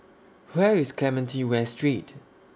Where IS Clementi West Street